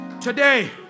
Today